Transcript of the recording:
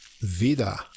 Vida